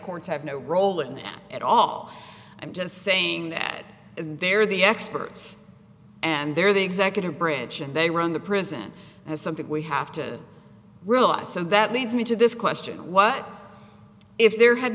courts have no role in them at all i'm just saying that they're the experts and they're the executive branch and they run the prison as something we have to realize so that leads me to this question what if there had